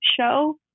show